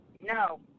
No